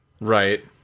Right